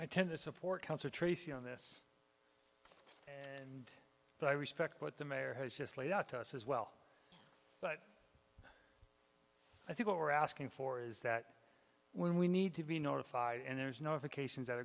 i tend to support cancer tracy on this but i respect what the mayor has just laid out to us as well but i think what we're asking for is that when we need to be notified and there is no if occasions